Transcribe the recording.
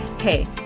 Hey